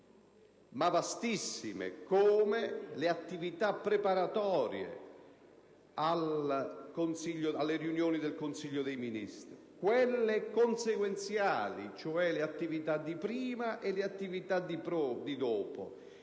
ma vastissime, come le attività preparatorie alle riunioni del Consiglio dei ministri, quelle consequenziali, ossia le attività precedenti e